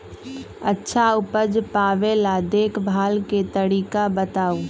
अच्छा उपज पावेला देखभाल के तरीका बताऊ?